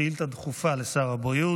שאילתה דחופה לשר הבריאות.